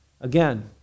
Again